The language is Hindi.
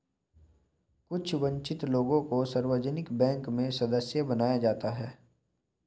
कुछ वन्चित लोगों को सार्वजनिक बैंक में सदस्य बनाया जाता है